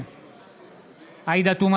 נגד עאידה תומא